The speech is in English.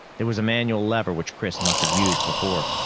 there was a manual lever, which chris must have used before.